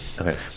Okay